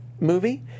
Movie